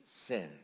sin